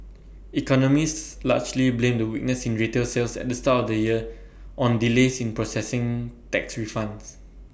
economists largely blame the weakness in retail sales at the start of the year on delays in processing tax refunds